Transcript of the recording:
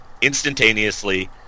instantaneously